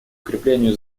укреплению